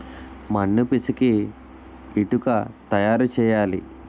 మన్ను పిసికి ఇటుక తయారు చేయాలి